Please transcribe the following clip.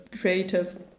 creative